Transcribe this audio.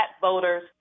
voters